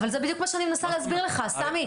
אבל זה בדיוק מה שאני מנסה להסביר לך, סמי.